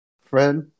Fred